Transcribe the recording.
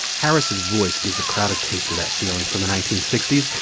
harris's voice gives the crowd a taste of that feeling from the nineteen sixty s.